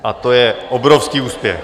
A to je obrovský úspěch.